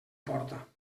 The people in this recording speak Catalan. porta